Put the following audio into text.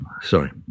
Sorry